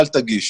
אל תגיש.